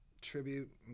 tribute